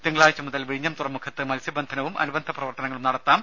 തിങ്കളാഴ്ച മുതൽ വിഴിഞ്ഞം തുറമുഖത്ത് മത്സ്യബന്ധനവും അനുബന്ധ പ്രവർത്തനങ്ങളും നടത്താം